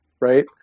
right